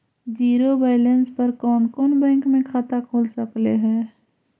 Zero balance पर कोन कोन बैंक में खाता खुल सकले हे?